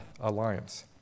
alliance